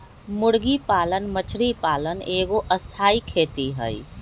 मुर्गी पालन मछरी पालन एगो स्थाई खेती हई